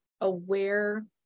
aware